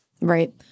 Right